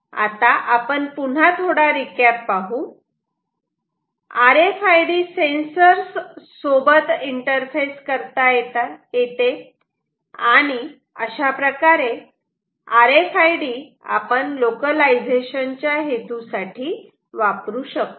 आता आपण पुन्हा थोडा रिकॅप पाहू R F I D sensors सोबत इंटरफेस करता येते आणि अशाप्रकारे आर एफ आयडी आपण लोकलायझेशन च्या हेतूसाठी वापरू शकतो